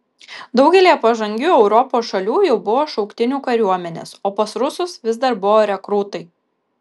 daugelyje pažangių europos šalių jau buvo šauktinių kariuomenės o pas rusus vis dar buvo rekrūtai